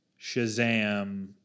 Shazam